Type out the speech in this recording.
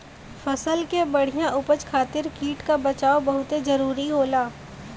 फसल के बढ़िया उपज खातिर कीट क बचाव बहुते जरूरी होला